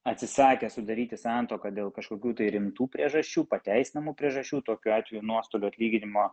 atsisakė sudaryti santuoką dėl kažkokių tai rimtų priežasčių pateisinamų priežasčių tokiu atveju nuostolių atlyginimo